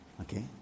Okay